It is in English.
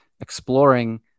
exploring